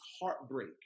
heartbreak